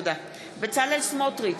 בצלאל סמוטריץ,